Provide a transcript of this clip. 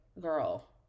Girl